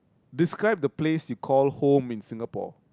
describe the place you call home in Singapore